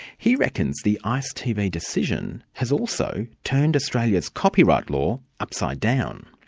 he reckons the ice tv decision has also turned australia's copyright law upside down.